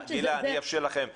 אני אאפשר לכם בהמשך.